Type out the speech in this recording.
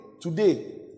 Today